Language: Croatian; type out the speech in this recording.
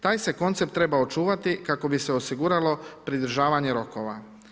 Taj se koncept treba očuvati kako bi se osiguralo pridržavanje rokova.